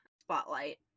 spotlight